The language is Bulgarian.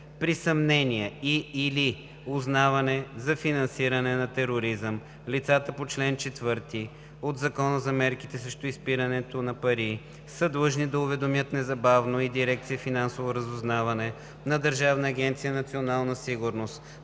При съмнение и/или узнаване за финансиране на тероризъм лицата по чл. 4 от Закона за мерките срещу изпирането на пари са длъжни да уведомят незабавно и дирекция „Финансово разузнаване“ на Държавна агенция „Национална сигурност“